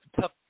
tough